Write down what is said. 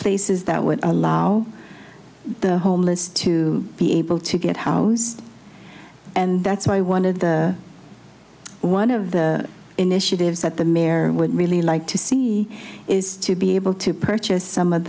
places that would allow the homeless to be able to get housed and that's why one of the one of the initiatives that the mayor would really like to see is to be able to purchase some of